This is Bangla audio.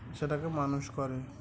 সেটাকে মানুষ করে